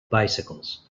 bicycles